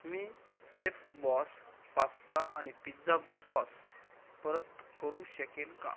मी सेफबॉस पास्ता आणि पिझ्झा ब् सॉस परत करू शकेल का